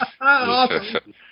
Awesome